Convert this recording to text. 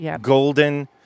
golden